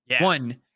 One